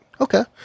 Okay